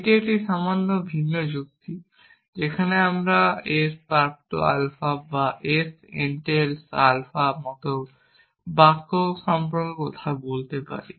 এটি একটি সামান্য ভিন্ন যুক্তি যেখানে আমরা s প্রাপ্ত আলফা বা s entails আলফা মত বাক্য সম্পর্কে কথা বলতে পারি